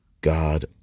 God